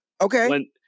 Okay